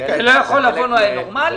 זה לא יכול לבוא באופן נורמלי?